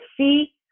see